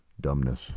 dumbness